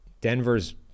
Denver's